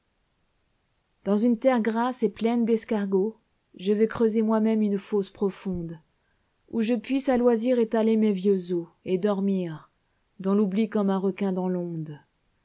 dans une terre grasse et pleine d'escargots je veux creuser moi-même une fosse profonde où je puisse à loisir étaler mes vieux os et dormir dans l'oubli comme un requin dans tonde